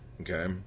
okay